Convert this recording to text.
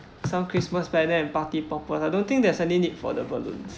some christmas banner and party popper I don't think there's any need for the balloons